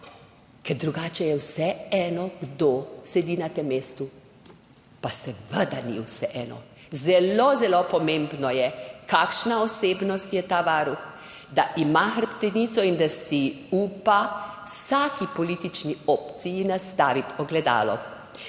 ker drugače je vseeno, kdo sedi na tem mestu. Pa seveda ni vseeno. Zelo zelo pomembno je, kakšna osebnost je ta varuh, da ima hrbtenico in da si upa vsaki politični opciji nastaviti ogledalo.